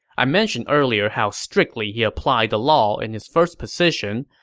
i mentioned earlier how strictly he applied the law in his first position,